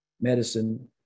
medicine